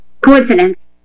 coincidence